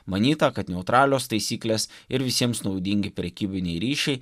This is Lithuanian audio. manyta kad neutralios taisyklės ir visiems naudingi prekybiniai ryšiai